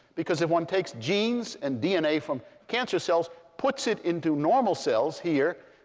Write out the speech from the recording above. because if one takes genes and dna from cancer cells, puts it into normal cells here,